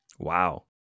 Wow